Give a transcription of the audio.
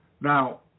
Now